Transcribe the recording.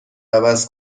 عوض